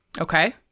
Okay